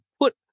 put